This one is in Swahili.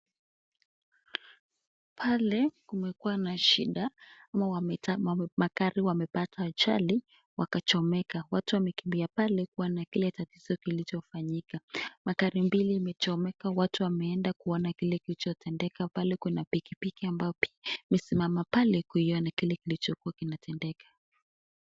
Pale kumekuwa na shida ama magari wamepata ajali wakachomeka. Watu wamekimbia pale kuona kile tatizo kilichofanyika. Magari mbili imechomeka. Watu wameenda kuona kile kilichotendeka. Pale kuna pikipiki ambayo pia imesimama pale kuiona kile kinachokuwa kimetendeka.